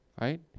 right